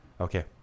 Okay